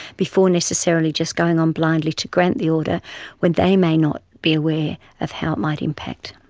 before necessarily just going on blindly to grant the order when they may not be aware of how it might impact.